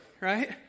right